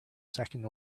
second